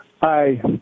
Hi